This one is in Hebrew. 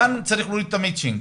כאן צריך להוריד את המצ'ינג,